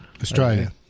Australia